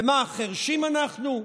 ומה, חירשים אנחנו?